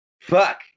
fuck